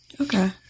Okay